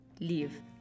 leave